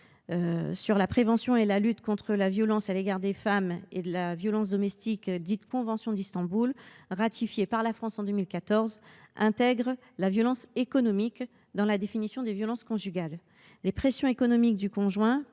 sur la prévention et la lutte contre la violence à l’égard des femmes et de la violence domestique, dite convention d’Istanbul, ratifiée par la France en 2014, intègre la violence économique dans la définition des violences conjugales. Les pressions économiques du conjoint